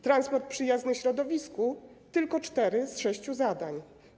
Transport przyjazny środowisku - tylko cztery z sześciu zadań.